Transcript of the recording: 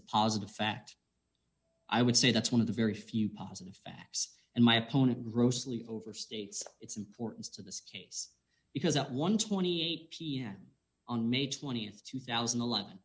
a positive fact i would say that's one of the very few positive facts and my opponent grossly overstates its importance to this case because at one twenty eight pm on may th two thousand and eleven